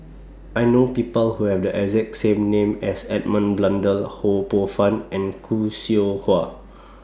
I know People Who Have The exact name as Edmund Blundell Ho Poh Fun and Khoo Seow Hwa